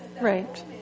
Right